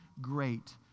great